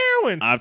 heroin